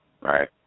Right